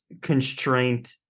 constraint